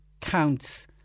counts